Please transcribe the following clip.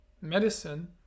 medicine